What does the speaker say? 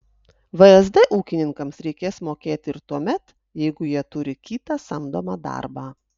vsd ūkininkams reikės mokėti ir tuomet jeigu jie turi kitą samdomą darbą